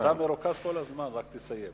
אתה מרוכז כל הזמן, רק תסיים.